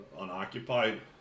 unoccupied